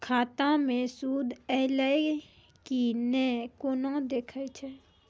खाता मे सूद एलय की ने कोना देखय छै?